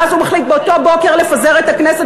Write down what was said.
ואז הוא מחליט באותו בוקר לפזר את הכנסת